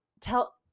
tell